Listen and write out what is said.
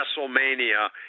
WrestleMania